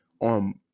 on